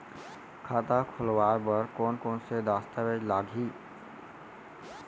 खाता खोलवाय बर कोन कोन से दस्तावेज लागही?